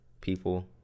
people